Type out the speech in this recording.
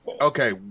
Okay